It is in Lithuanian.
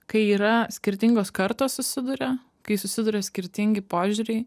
kai yra skirtingos kartos susiduria kai susiduria skirtingi požiūriai